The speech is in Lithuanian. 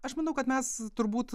aš manau kad mes turbūt